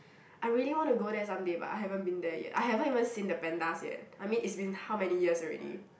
I really want to go there someday but I haven't been there yet I haven't even seen the pandas yet I mean it's been how many years already